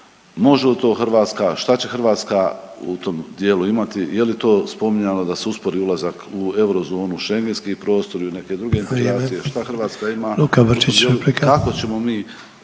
Može li to Hrvatska? Šta će Hrvatska u tom dijelu imati? Je li to spominjalo da se uspori ulazak u eurozonu, u Schengenski prostor i u neke druge integracije. …/Upadica Sanader: Vrijeme./…